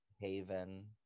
haven